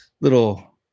little